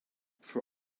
for